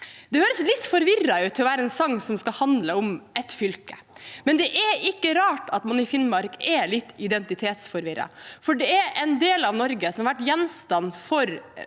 Det høres litt forvirrende ut til å være en sang som skal handle om ett fylke, men det er ikke rart at man i Finnmark er litt identitetsforvirret, for det er en del av Norge som har vært gjenstand for